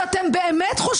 ושם אנחנו רק מרחיבים